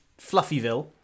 Fluffyville